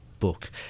Book